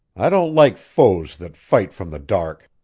i don't like foes that fight from the dark!